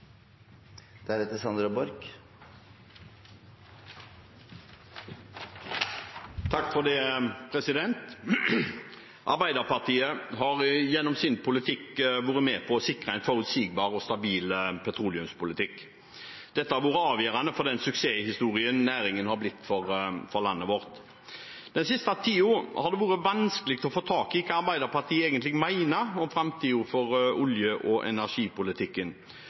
Arbeiderpartiet har gjennom sin politikk vært med på å sikre en forutsigbar og stabil petroleumspolitikk. Dette har vært avgjørende for den suksesshistorien næringen har blitt for landet vårt. Den siste tiden har det vært vanskelig å få tak i hva Arbeiderpartiet egentlig mener om framtiden for olje- og energipolitikken,